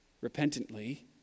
repentantly